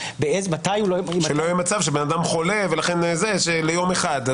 שלא יהיה מצב שאדם חולה ליום אחד.